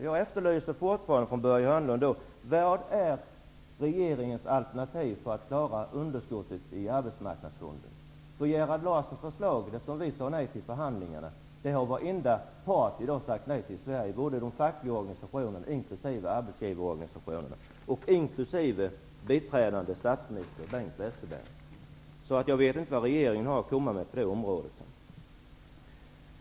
Jag efterlyser fortfarande från Börje Hörnlund vad regeringens alternativ är för att klara underskottet i arbetsmarknadsfonden. Gerhard Larssons förslag, som vi sade nej till vid förhandlingarna, har varenda part i Sverige sagt nej till i dag, de fackliga organisationerna, arbetsgivarorganisationerna och även biträdande statsminister Bengt Westerberg. Jag vet inte vad regeringen har att komma med på det området.